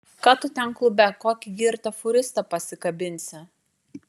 ką tu ten klube kokį girtą fūristą pasikabinsi